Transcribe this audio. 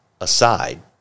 aside